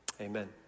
Amen